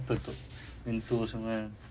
tutup pintu semua